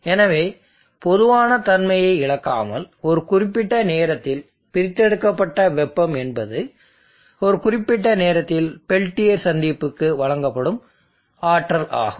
எனவே பொதுவான தன்மையை இழக்காமல் ஒரு குறிப்பிட்ட நேரத்தில் பிரித்தெடுக்கப்பட்ட வெப்பம் என்பது ஒரு குறிப்பிட்ட நேரத்தில் பெல்டியர் சந்திப்புக்கு வழங்கப்படும் ஆற்றல் ஆகும்